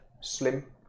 slim